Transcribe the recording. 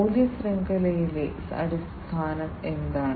മൂല്യ ശൃംഖലയിലെ സ്ഥാനം എന്താണ്